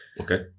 Okay